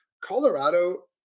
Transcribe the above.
Colorado